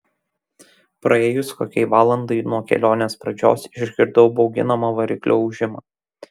praėjus kokiai valandai nuo kelionės pradžios išgirdau bauginamą variklio ūžimą